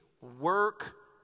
work